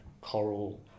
coral